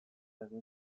egin